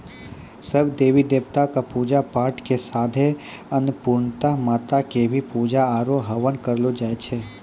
सब देवी देवता कॅ पुजा पाठ के साथे अन्नपुर्णा माता कॅ भी पुजा आरो हवन करलो जाय छै